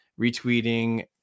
retweeting